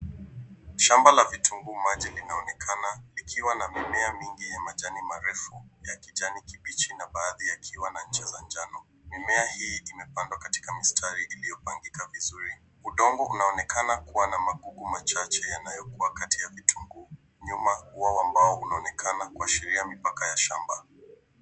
Shamba la vitunguu maji linaonekana likiwa na mimea mingi ya majani marefu, ya kijani kibichi na baadhi yakiwa na ncha za njano. Mimea hii imepandwa katika mistari iliyopangika vizuri. Udongo unaonekana kuwa na magugu machache yanayokuwa kati ya vitunguu. Nyuma, ua wa mbao unaonekana kuashiria mipaka ya shamba.